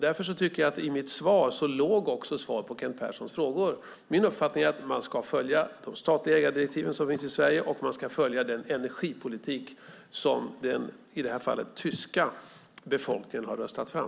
Därför tycker jag att i mitt svar låg också svar på Kent Perssons frågor. Min uppfattning är att man ska följa de statliga ägardirektiv som finns i Sverige, och man ska följa den energipolitik som i det här fallet den tyska befolkningen har röstat fram.